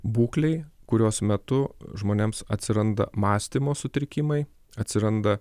būklei kurios metu žmonėms atsiranda mąstymo sutrikimai atsiranda